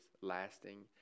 lasting